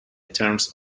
terms